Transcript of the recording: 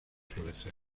florecer